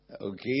okay